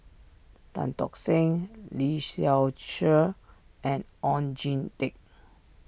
Tan Tock Seng Lee Seow Ser and Oon Jin Teik